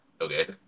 okay